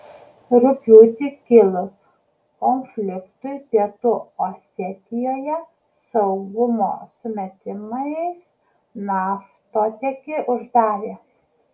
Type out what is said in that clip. rugpjūtį kilus konfliktui pietų osetijoje saugumo sumetimais naftotiekį uždarė